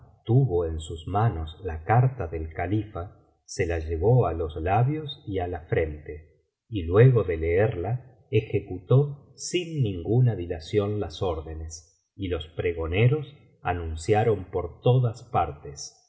tuvo en sus manos la carta del califa se la llevó á ios labias y á la frente y luego de leerla ejecutó sin ninguna dilación las órdenes y los pregoneros anunciaron por todas partes